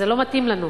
זה לא מתאים לנו.